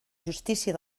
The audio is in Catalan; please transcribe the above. justícia